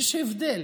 יש הבדל